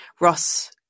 Ross